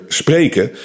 spreken